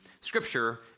scripture